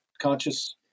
conscious